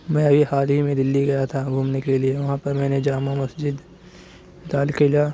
میں ابھی حال ہی میں دِلی گیا تھا گھومنے كے لیے وہاں پر میں نے جامع مسجد لال قلعہ